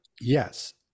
Yes